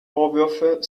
vorwürfe